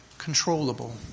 Controllable